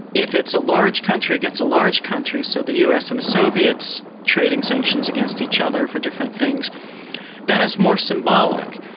if it's a large country against a large country so the us and the soviets trading sanctions against each other for different things then it's more symbolic.